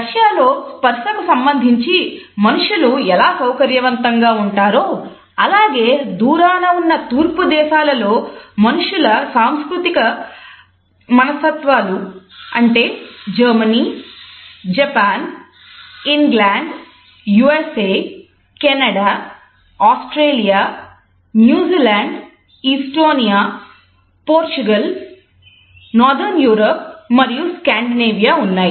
Russia ఉన్నాయి